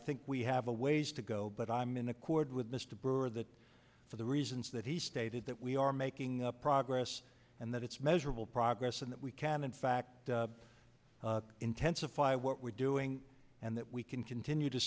think we have a ways to go but i'm in accord with mr brewer that for the reasons that he stated that we are making up progress and that it's measurable progress and that we can in fact intensify what we're doing and that we can continue to